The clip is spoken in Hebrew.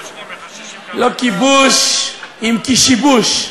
לא כיבוש אם כי שיבוש.